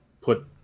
put